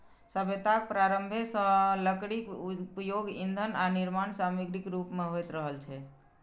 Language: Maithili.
सभ्यताक प्रारंभे सं लकड़ीक उपयोग ईंधन आ निर्माण समाग्रीक रूप मे होइत रहल छै